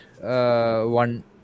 one